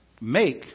make